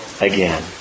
again